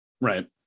Right